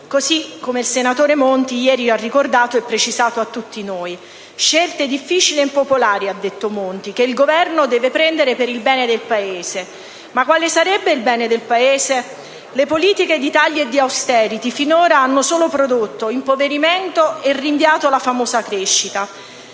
così come il senatore Monti ieri ha ricordato e precisato a tutti noi: scelte difficili e impopolari - ha detto Monti - che il Governo deve prendere per il bene del Paese. Ma quale sarebbe il bene del Paese? Le politiche di tagli e di *austerity* hanno finora solo prodotto impoverimento e rinviato la famosa crescita.